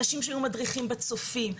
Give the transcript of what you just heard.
אנשים שהיו מדריכים בצופים,